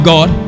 God